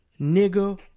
nigga